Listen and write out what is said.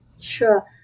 Sure